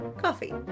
Coffee